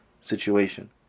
situation